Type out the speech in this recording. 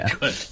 good